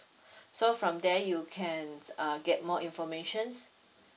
so from there you can uh get more informations